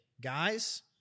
guys